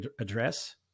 address